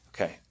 Okay